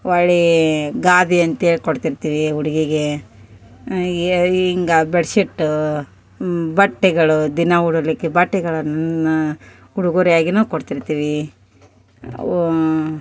ಹೊಳ್ಳೀ ಗಾದೆ ಅಂತೇಳಿ ಕೊಡ್ತಿರ್ತೀವಿ ಹುಡುಗಿಗೆ ಹಿಂಗ ಬೆಡ್ಶಿಟ್ಟ ಬಟ್ಟೆಗಳು ದಿನ ಉಡಲಿಕ್ಕೆ ಬಟ್ಟೆಗಳನ್ನು ಉಡುಗೊರೆಯಾಗಿ ಕೊಡ್ತಿರ್ತೀವಿ ಅವು